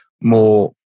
more